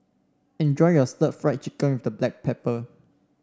enjoy your Stir Fried Chicken with Black Pepper